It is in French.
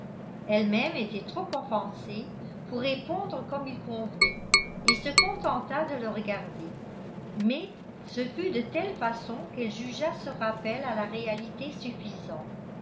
elle-même était trop offensée pour répondre comme il convenait et se contenta de le regarder mais ce fut de telle façon qu'elle jugea ce rappel à la réalité suffisant